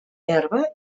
herba